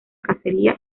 cacería